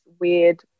weird